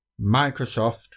microsoft